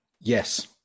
Yes